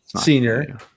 senior